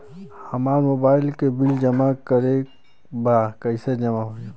हमार मोबाइल के बिल जमा करे बा कैसे जमा होई?